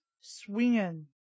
Swinging